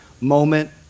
moment